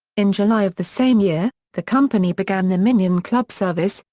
in july of the same year, the company began the minion club service,